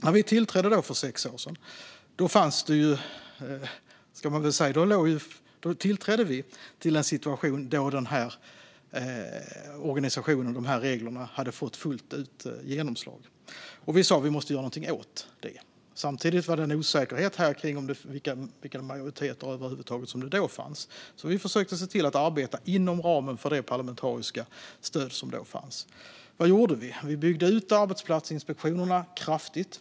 När vi tillträdde för sex år sedan var det till en situation där den här organisationen och de här reglerna hade fått fullt genomslag. Vi sa att vi måste göra något åt det. Samtidigt fanns det osäkerhet kring vad det fanns majoritet för, så vi försökte arbeta inom ramen för det parlamentariska stöd som då fanns. Vad gjorde vi? Jo, vi byggde ut arbetsplatsinspektionerna kraftigt.